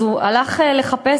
אז הוא הלך לחפש,